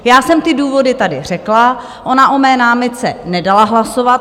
Já jsem ty důvody tady řekla, ona o mé námitce nedala hlasovat.